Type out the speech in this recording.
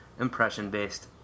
impression-based